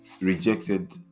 rejected